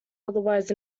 otherwise